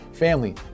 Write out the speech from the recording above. family